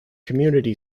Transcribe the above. community